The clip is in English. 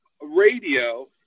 radio